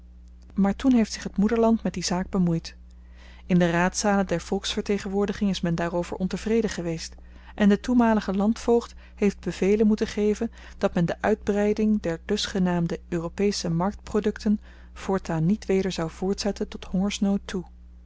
maar toen heeft zich t moederland met die zaak bemoeid in de raadzalen der volksvertegenwoordiging is men daarover ontevreden geweest en de toenmalige landvoogd heeft bevelen moeten geven dat men de uitbreiding der dusgenaamde europesche marktprodukten voortaan niet weder zou voortzetten tot hongersnood toe